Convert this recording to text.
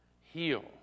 heal